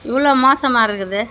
இவ்வளோ மோசமாக இருக்குது